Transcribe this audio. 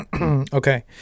Okay